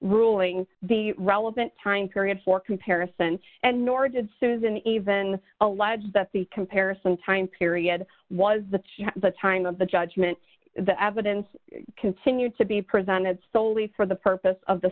ruling the relevant time period for comparison and nor did susan even allege that the comparison time period was the time of the judgment the evidence continued to be presented solely for the purpose of the